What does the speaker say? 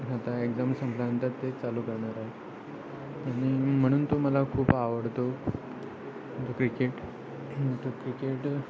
आता एक्झाम संपल्यानंतर ते चालू करणार आहे आणि म्हणून तो मला खूप आवडतो तो क्रिकेट तो क्रिकेट